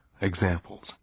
examples